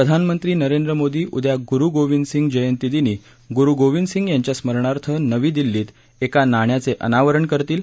प्रधानमंत्री नरेंद्र मोदी उद्या गुरु गोविंद सिंग जयंतीदिनी गुरु गोविंदसिंग यांच्या स्मरणार्थ नवी दिल्लीत एका नाण्याचे अनावरण करतील